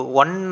one